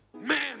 man